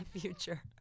future